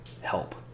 help